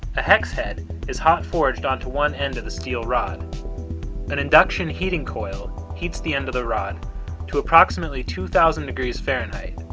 a hex head is hot-forged onto one end of the steel rod an induction heating coil heats the end of the rod to approximately two thousand degrees fahrenheit.